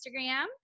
Instagram